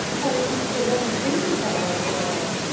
what is mr. wren singing for over there?